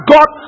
God